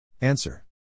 Answer